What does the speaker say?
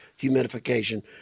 humidification